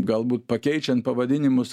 galbūt pakeičiant pavadinimus